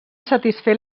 satisfer